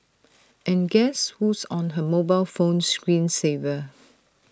and guess who's on her mobile phone screen saver